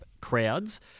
crowds